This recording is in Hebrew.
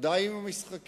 די עם המשחקים.